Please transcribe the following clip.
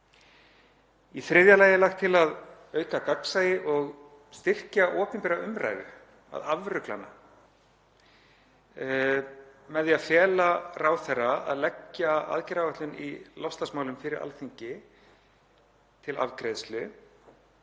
Í þriðja lagi er lagt til að auka gagnsæi og styrkja opinbera umræðu, afrugla hana, með því að fela ráðherra að leggja aðgerðaáætlun í loftslagsmálum fyrir Alþingi til afgreiðslu,